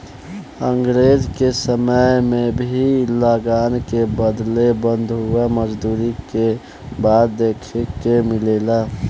अंग्रेज के समय में भी लगान के बदले बंधुआ मजदूरी के बात देखे के मिलेला